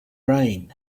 rain